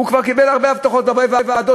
הוא כבר קיבל הרבה הבטחות והרבה ועדות,